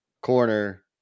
corner